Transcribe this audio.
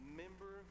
member